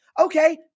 Okay